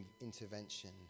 intervention